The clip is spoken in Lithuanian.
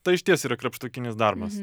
tai išties yra krapštukinis darbas